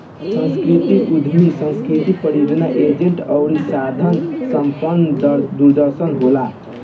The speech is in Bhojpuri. सांस्कृतिक उद्यमी सांस्कृतिक परिवर्तन एजेंट अउरी साधन संपन्न दूरदर्शी होला